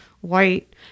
white